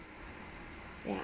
ya